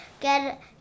get